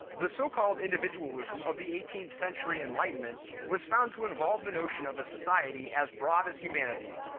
the so-called individualism of the eighteenth-century enlightenment was found to involve the notion of a society as broad as humanity,